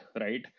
right